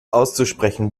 auszusprechen